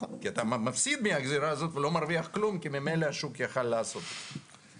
אתה מפסיד מהגזירה הזאת ולא מרוויח כלום כי ממילא השוק יכל לעשות את זה.